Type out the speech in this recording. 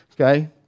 okay